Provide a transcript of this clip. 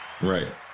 Right